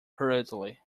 hurriedly